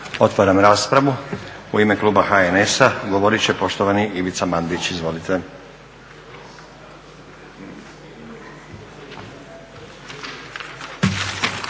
Otvaram raspravu. U ime kluba HNS-a govorit će poštovani Ivica Mandić. Izvolite.